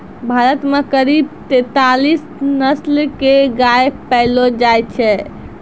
भारत मॅ करीब तेतालीस नस्ल के गाय पैलो जाय छै